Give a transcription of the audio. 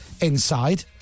inside